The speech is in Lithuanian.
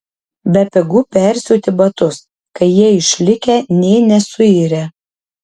bepigu persiūti batus kai jie išlikę nė nesuirę